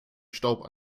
staub